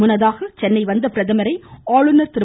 முன்னதாக சென்னை வந்த பிரதமரை ஆளுநர் திரு